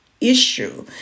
issue